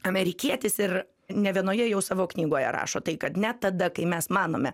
amerikietis ir nė vienoje jau savo knygoje rašo tai kad ne tada kai mes manome